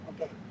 Okay